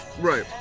Right